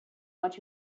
what